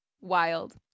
Wild